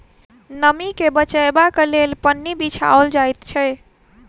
नमीं के बचयबाक लेल पन्नी बिछाओल जाइत छै